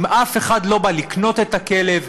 אם אף אחד לא בא לקנות את הכלב,